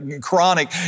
chronic